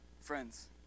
Friends